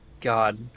god